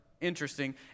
interesting